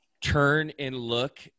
turn-and-look